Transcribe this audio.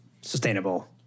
sustainable